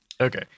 Okay